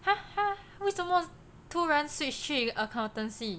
!huh! 为什么突然 switch 去 accountancy